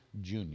Jr